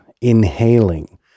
inhaling